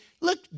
look